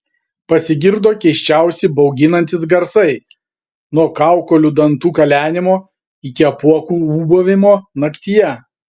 pasigirdo keisčiausi bauginantys garsai nuo kaukolių dantų kalenimo iki apuokų ūbavimo naktyje